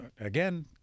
again